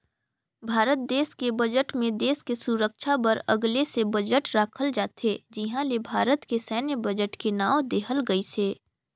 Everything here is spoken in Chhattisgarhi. भारत देस के बजट मे देस के सुरक्छा बर अगले से बजट राखल जाथे जिहां ले भारत के सैन्य बजट के नांव देहल गइसे